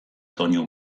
doinu